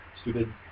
stupid